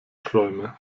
träume